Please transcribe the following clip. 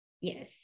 Yes